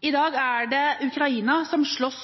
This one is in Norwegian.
I dag er det Ukraina som slåss